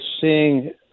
seeing